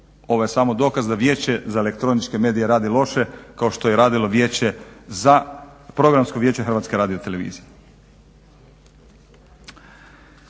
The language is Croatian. ovo je samo dokaz da Vijeće za elektroničke medije radi loše kao što je radilo Programsko vijeće HRT-a. Sljedeća